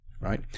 right